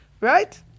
Right